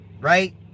right